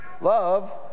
love